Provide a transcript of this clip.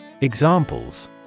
Examples